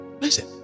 Listen